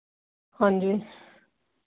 हांजी